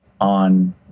on